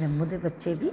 जम्मू दे बच्चे बी